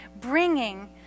bringing